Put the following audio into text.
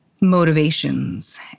motivations